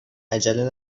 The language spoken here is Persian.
عجله